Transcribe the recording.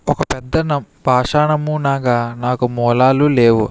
ఒక పెద్ద న పాషాణమునగా నాకు మూలాలు లేవు